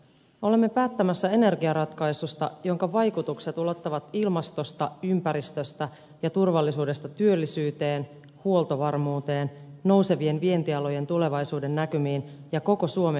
olemme päättämässä energiaratkaisusta jonka vaikutukset ulottuvat ilmastosta ympäristöstä ja turvallisuudesta työllisyyteen huoltovarmuuteen nousevien vientialojen tulevaisuudennäkymiin ja koko suomen hyvinvointiin